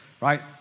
right